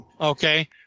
Okay